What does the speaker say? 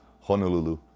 Honolulu